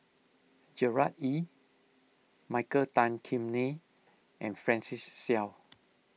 Gerard Ee Michael Tan Kim Nei and Francis Seow